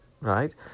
right